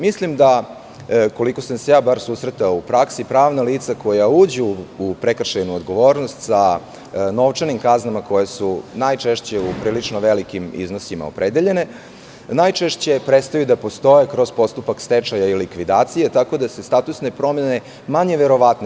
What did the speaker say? Mislim da, koliko sam se barem susretao u praksi, pravna lica koja uđu u prekršajnu odgovornost sa novčanim kaznama koje su najčešće u prilično velikim iznosima opredeljene, najčešće prestaju da postoje kroz postupak stečaja i likvidacije, tako da su statusne promene manje verovatne.